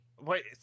Wait